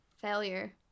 failure